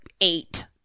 eight